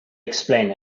explain